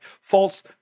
false